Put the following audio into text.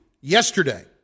Yesterday